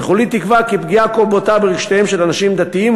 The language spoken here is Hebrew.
וכולי תקווה כי פגיעה כה בוטה ברגשותיהם של אנשים דתיים,